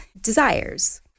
desires